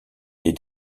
des